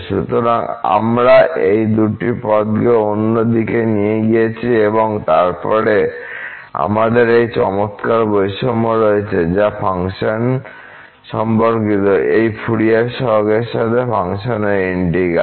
সুতরাং আমরা এই দুটি পদকে অন্য দিকে নিয়ে গিয়েছি এবং তারপরে আমাদের এই চমৎকার বৈষম্য রয়েছে যা ফাংশন সম্পর্কিত এই ফুরিয়ার সহগের সাথে ফাংশনের ইন্টিগ্র্যাল